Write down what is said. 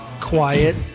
quiet